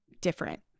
different